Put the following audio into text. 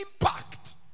impact